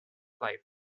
life